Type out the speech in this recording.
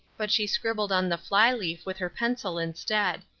but she scribbled on the fly-leaf with her pencil instead.